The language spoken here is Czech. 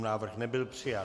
Návrh nebyl přijat.